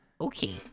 Okay